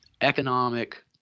economic